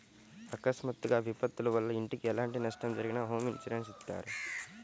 అకస్మాత్తుగా విపత్తుల వల్ల ఇంటికి ఎలాంటి నష్టం జరిగినా హోమ్ ఇన్సూరెన్స్ ఇత్తారు